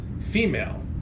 female